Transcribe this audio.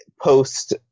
post